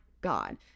God